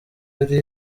yari